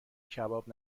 کباب